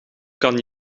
kan